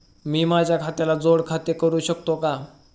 मी माझ्या खात्याला जोड खाते करू शकतो का?